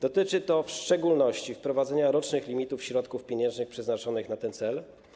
Dotyczy to w szczególności wprowadzenia rocznych limitów środków pieniężnych przeznaczonych na ten cel.